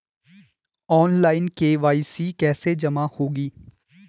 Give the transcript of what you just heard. Online KYC कैसे जमा होगी?